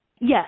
Yes